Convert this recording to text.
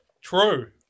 True